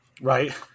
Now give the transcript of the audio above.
Right